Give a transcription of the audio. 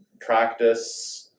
practice